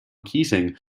keating